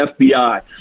FBI